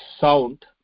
sound